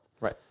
Right